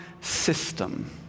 system